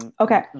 okay